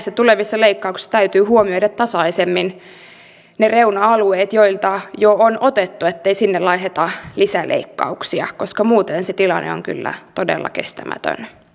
näissä tulevissa leikkauksissa täytyy huomioida tasaisemmin ne reuna alueet joilta jo on otettu ettei sinne laiteta lisäleikkauksia koska muuten se tilanne on kyllä todella kestämätön